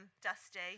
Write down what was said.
Dusty